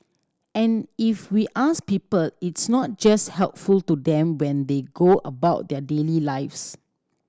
and if we ask people it's not just helpful to them when they go about their daily lives